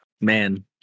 man